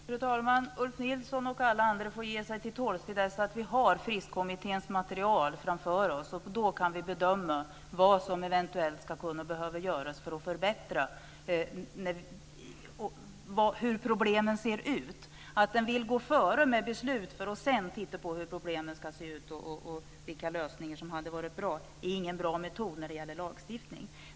Fru talman! Ulf Nilson och alla andra får ge sig till tåls till dess att vi har Fristkommitténs material framför oss. Då kan vi bedöma vad som eventuellt ska göras för att förbättra och hur problemen ser ut. Att gå före med beslut för att sedan titta på hur problemen ser ut och vilka lösningar som hade varit bra är ingen lyckad metod när det gäller lagstiftning.